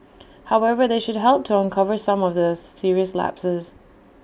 however they should help to uncover some of the serious lapses